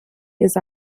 his